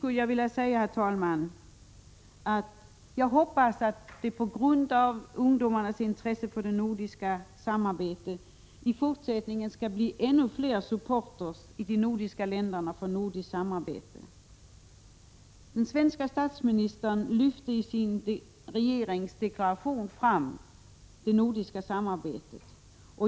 Till sist vill jag säga att jag hoppas att det genom ungdomarnas intresse för det nordiska samarbetet i fortsättningen skall bli ännu flera supportrar för sådant samarbete i de nordiska länderna. Den svenske statsministern lyfte i sin regeringsdeklaration fram det nordiska samarbetet.